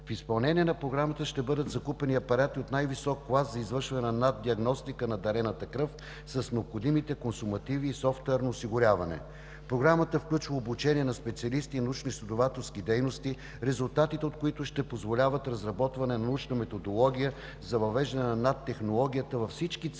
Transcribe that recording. В изпълнение на програмата ще бъдат закупени апарати от най-висок клас за извършване на NAT диагностика на дарената кръв с необходимите консумативи и софтуерно осигуряване. Програмата включва обучение на специалисти и научно-изследователски дейности, резултатите от които ще позволяват разработване на научна методология за въвеждане на NAT технологията във всички